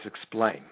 explain